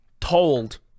told